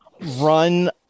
run